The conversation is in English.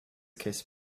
case